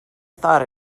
thought